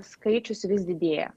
skaičius vis didėja